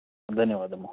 धन्यवादः महोदयः